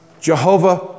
Jehovah